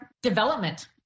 Development